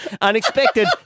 Unexpected